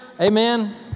Amen